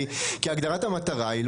כי הגדרת המטרה,